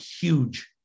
huge